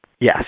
Yes